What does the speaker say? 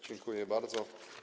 Dziękuję bardzo.